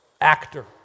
Actor